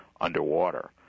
underwater